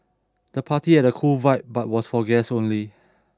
the party had a cool vibe but was for guests only